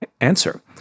answer